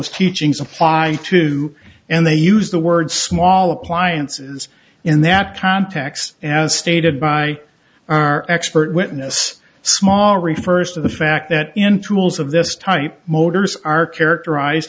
those teachings apply to and they use the word small appliances in that context as stated by our expert witness small refers to the fact that in tools of this type motors are characterize